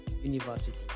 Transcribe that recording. university